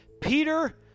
Peter